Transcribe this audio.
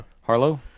Harlow